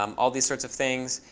um all these sorts of things.